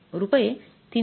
रुपये ३७६